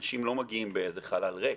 אנשים לא מגיעים באיזה חלל ריק,